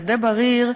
על שדה-בריר,